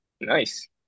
nice